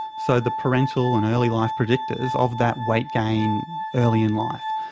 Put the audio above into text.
so the parental and early-life predictors of that weight gain early in life,